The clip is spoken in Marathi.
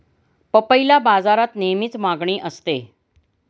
पपईला बाजारात नेहमीच मागणी असते